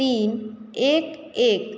तीन एक एक